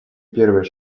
первые